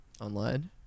online